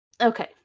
Okay